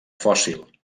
fòssil